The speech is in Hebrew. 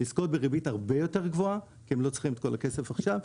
לזכות בריבית הרבה יותר גבוהה כי הם לא צריכים את כל הכסף עכשיו.